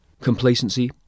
Complacency